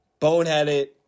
boneheaded